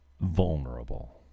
vulnerable